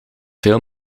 veel